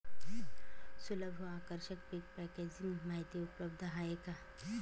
सुलभ व आकर्षक पीक पॅकेजिंग माहिती उपलब्ध आहे का?